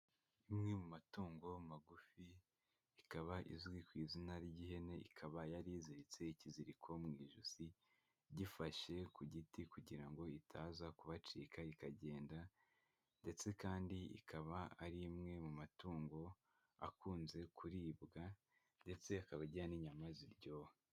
Imwe mu matungo magufi ikaba izwi ku izina ry'ihene, ikaba yari iziritse ikiziriko mu ijosi gifashe ku giti kugira ngo itaza kubacika ikagenda, ndetse kandi ikaba ari imwe mu matungo akunze kuribwa, ndetse akaba agira n'inyama ziryoha.